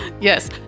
Yes